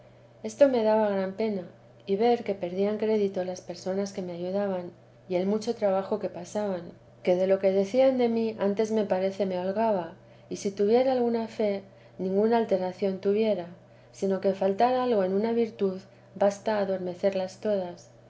esto me daba gran pena y ver que perdían crédito las personas que me ayudaban y el mucho trabajo que pasaban que lo que decían de mí antes me parece me holgaba y si tuviera alguna fe ninguna alteración tuviera sino que faltar algo en una virtud basta a adormecerlas todas